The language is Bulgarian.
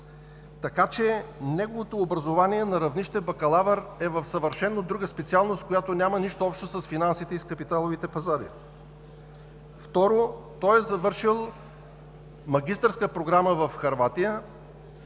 бизнес“. Неговото образование на равнище „бакалавър“ е съвършено друга специалност, която няма нищо общо с финансите и с капиталовите пазари. Второ, той е завършил магистърска програма в Хърватия